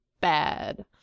bad